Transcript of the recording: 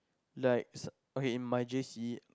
likes okay in my J_C